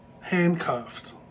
handcuffed